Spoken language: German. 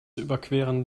überqueren